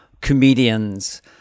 comedians